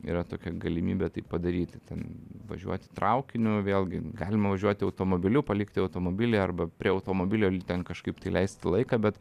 yra tokia galimybė tai padaryti ten važiuoti traukiniu vėlgi galima važiuoti automobiliu palikti automobilį arba prie automobilio ten kažkaip tai leisti laiką bet